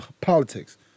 politics